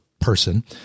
person